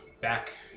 back